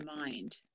mind